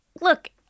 Look